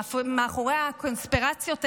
מאחורי הקונספירציות האלו,